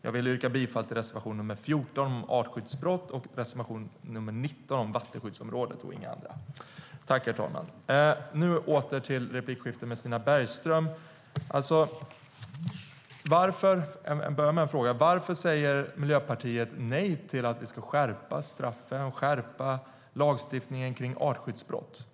Jag vill yrka bifall till reservation 14, om artskyddsbrott, och reservation 19, om vattenskyddsområden, och inga andra. Nu åter till replikskiftet med Stina Bergström. Låt mig börja med att fråga: Varför säger Miljöpartiet nej till att skärpa straffen och lagstiftningen när det gäller artskyddsbrott?